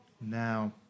now